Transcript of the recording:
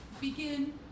begin